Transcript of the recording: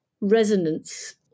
resonance